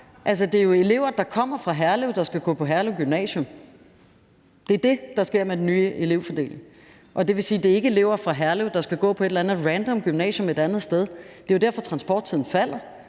det er jo elever, der kommer fra Herlev, der skal gå på Herlev Gymnasium. Det er det, der sker med den nye elevfordeling, og det vil sige, at det ikke er sådan, at elever fra Herlev skal gå på et eller andet random gymnasium et andet sted. Det er jo derfor, transporttiden falder.